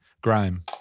Grime